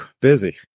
Busy